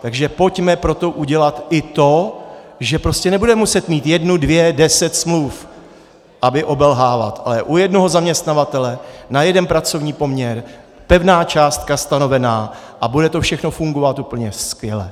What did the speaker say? Takže pojďme pro to udělat i to, že prostě nebude muset mít jednu, dvě, deset smluv a obelhávat, ale u jednoho zaměstnavatele na jeden pracovní poměr pevná částka stanovená, a bude to všechno fungovat úplně skvěle.